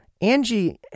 Angie